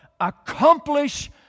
Accomplish